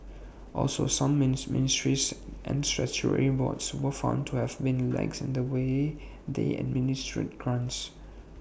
also some ministries and statutory boards were found to have been lax in the way they administered grants